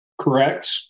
correct